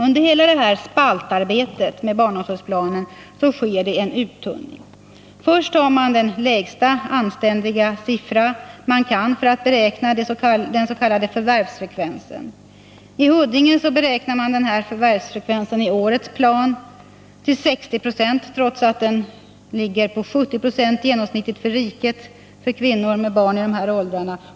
Under hela det här spaltarbetet med barnomsorgsplanen sker det en uttunning. Först tar man den lägsta anständiga siffra man kan ange för att beräkna den s.k. förvärvsfrekvensen. I Huddinge beräknar man i årets plan den här förvärvsfrekvensen till 60 96, trots att den ligger på 70 90 genomsnittligt för riket för kvinnor med barn i dessa åldrar.